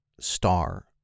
star